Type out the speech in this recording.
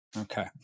Okay